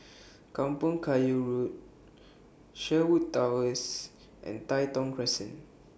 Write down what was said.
Kampong Kayu Road Sherwood Towers and Tai Thong Crescent